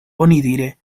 onidire